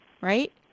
right